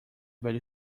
velho